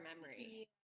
memory